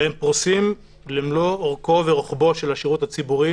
והם פרוסים למלוא אורכו ורוחבו של השירות הציבורי